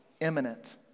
imminent